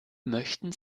möchten